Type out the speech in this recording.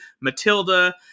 Matilda